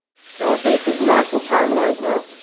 so, our beef is nice and caramelized now.